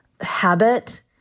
habit